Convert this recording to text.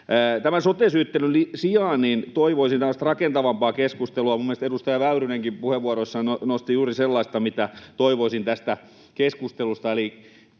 sote-syyttelyn sijaan toivoisin rakentavampaa keskustelua. Minun mielestäni edustaja Väyrynenkin puheenvuorossaan nosti juuri sellaista, mitä toivoisin tästä keskustelusta,